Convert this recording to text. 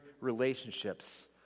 relationships